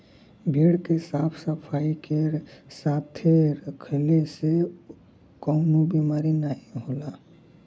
भेड़ के साफ सफाई के साथे रखले से कउनो बिमारी नाहीं होला